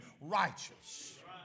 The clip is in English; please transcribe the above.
righteous